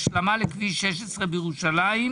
השלמה לכביש 16 בירושלים,